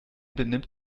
benimmt